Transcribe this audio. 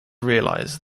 realize